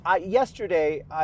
Yesterday